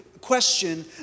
question